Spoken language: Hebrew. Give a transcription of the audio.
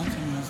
בסדר?